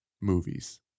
movies